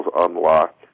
unlock